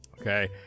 Okay